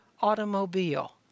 automobile